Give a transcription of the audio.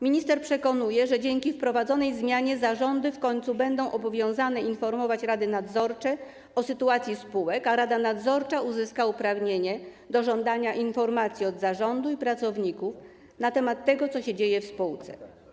Minister przekonuje, że dzięki wprowadzonej zmianie zarządy w końcu będą obowiązane informować rady nadzorcze o sytuacji spółek, a rada nadzorcza uzyska uprawnienie do żądania od zarządu i pracowników informacji na temat tego, co dzieje się w spółce.